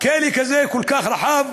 בכלא כל כך רחב